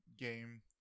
game